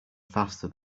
faster